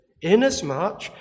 inasmuch